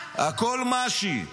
הכול מאשי.